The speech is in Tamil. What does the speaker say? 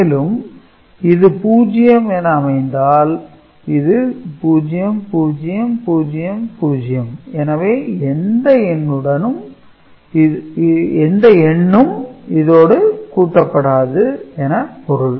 மேலும் இது 0 என அமைந்தால் இது 0000 எனவே எந்த எண்ணும் இதோடு கூட்டப்படாது என பொருள்